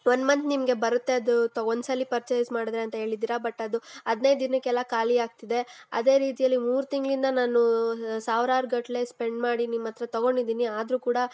one month ನಿಮಗೆ ಬರುತ್ತೆ ಅದೂ ತೊ ಒಂದು ಸಲ ಪರ್ಚೆಸ್ ಮಾಡಿದ್ರೆ ಅಂತ ಹೇಳಿದಿರ ಬಟ್ ಅದು ಹದಿನೈದು ದಿನಕ್ಕೆಲ್ಲ ಖಾಲಿ ಆಗ್ತಿದೆ ಅದೇ ರೀತಿಯಲ್ಲಿ ಮೂರು ತಿಂಗಳಿಂದ ನಾನೂ ಸಾವಿರಾರುಗಟ್ಲೆ ಸ್ಪೆಂಡ್ ಮಾಡಿ ನಿಮ್ಮ ಹತ್ರ ತಗೊಂಡಿದೀನಿ ಆದರೂ ಕೂಡ